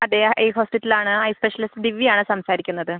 അതെ ഐ ഹോസ്പിറ്റലാണ് eye specialist ദിവ്യയാണ് സംസാരിക്കുന്നത്